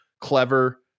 clever